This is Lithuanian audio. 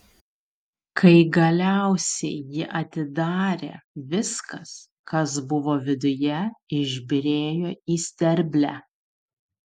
kai galiausiai jį atidarė viskas kas buvo viduje išbyrėjo į sterblę